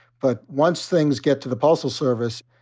but once things get to the postal service,